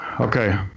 Okay